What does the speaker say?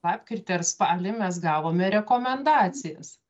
lapkritį ar spalį mes gavome rekomendacijas